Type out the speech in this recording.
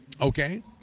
Okay